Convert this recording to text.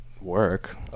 work